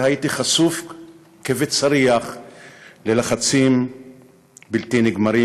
והייתי חשוף כבצריח ללחצים בלתי נגמרים,